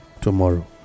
tomorrow